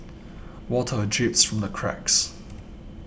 water drips from the cracks